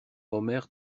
omer